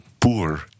poor